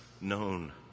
known